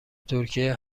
ترکیه